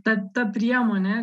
ta ta priemonė